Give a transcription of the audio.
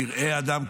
פראי אדם,